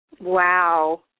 Wow